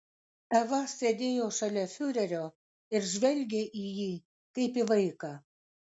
eva sėdėjo šalia fiurerio ir žvelgė į jį kaip į vaiką